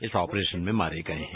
इस ऑपरेशन में मारे गए हैं